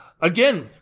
again